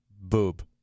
boob